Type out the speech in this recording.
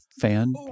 fan